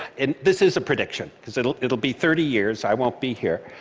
and this is a prediction, because it'll it'll be thirty years. i won't be here.